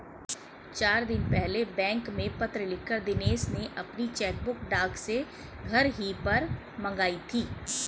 चार दिन पहले बैंक में पत्र लिखकर दिनेश ने अपनी चेकबुक डाक से घर ही पर मंगाई थी